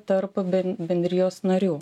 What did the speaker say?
tarp bendrijos narių